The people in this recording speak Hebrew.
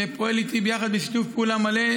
שפועל איתי ביחד בשיתוף פעולה מלא,